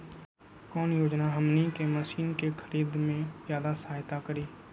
कौन योजना हमनी के मशीन के खरीद में ज्यादा सहायता करी?